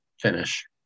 finish